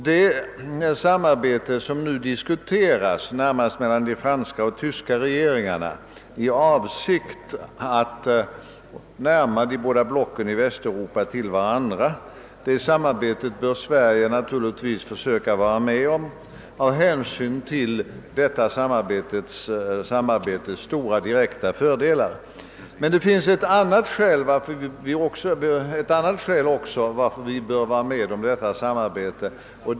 Det samarbete som nu diskuteras, närmast mellan de franska och tyska regeringarna i avsikt att närma de båda blocken i Västeuropa till varandra, bör Sverige naturligtvis försöka komma med i — närmast av hänsyn till detta samarbetes stora direkta fördelar. Men det finns också ett annat skäl för att vi bör vara med om detta samarbete.